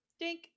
Dink